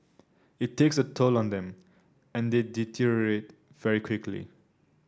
it takes a toll on them and they deteriorate very quickly